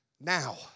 Now